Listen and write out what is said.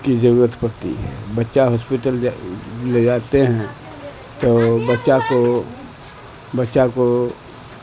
کی ضرورت پڑتی ہے بچہ ہاسپٹل جب لے جاتے ہیں تو بچہ کو بچہ کو